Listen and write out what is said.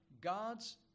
God's